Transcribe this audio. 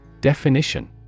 Definition